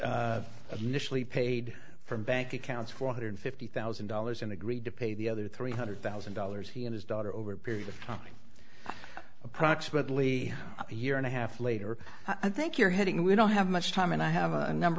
nationally paid from bank accounts four hundred fifty thousand dollars and agreed to pay the other three hundred thousand dollars he and his daughter over a period of time approximately a year and a half later i think you're heading we don't have much time and i have a number